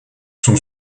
sont